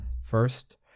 First